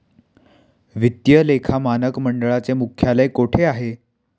वित्तीय लेखा मानक मंडळाचे मुख्यालय कोठे आहे?